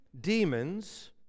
demons